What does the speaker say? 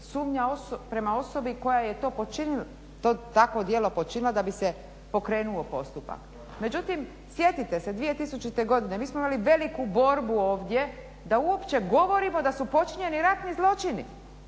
sumnja prema osobi koja je to počinila, takvo djelo počinila da bi se pokrenuo postupak. Međutim, sjetite se 2000. godine. Mi smo imali veliku borbu ovdje, da uopće govorimo da su počinjeni ratni zločini.